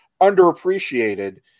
underappreciated